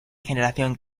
generación